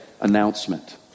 announcement